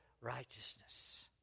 righteousness